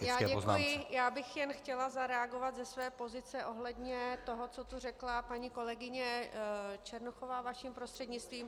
Jen bych chtěla zareagovat ze své pozice ohledně toho, co tu řekla paní kolegyně Černochová, vaším prostřednictvím.